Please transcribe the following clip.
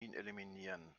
eliminieren